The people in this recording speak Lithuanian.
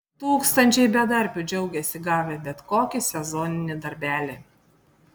tūkstančiai bedarbių džiaugiasi gavę bet kokį sezoninį darbelį